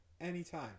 anytime